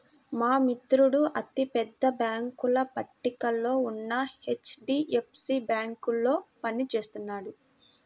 మా మిత్రుడు అతి పెద్ద బ్యేంకుల పట్టికలో ఉన్న హెచ్.డీ.ఎఫ్.సీ బ్యేంకులో పని చేస్తున్నాడు